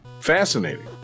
fascinating